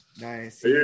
Nice